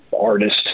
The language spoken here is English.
Artist